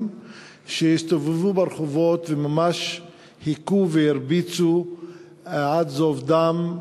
שהסתובבו ברחובות וממש הכו והרביצו עד זוב דם.